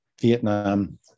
Vietnam